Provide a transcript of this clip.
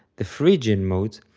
the phrygian modes,